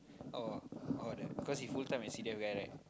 oh oh the because he full time S_C_D_F guy right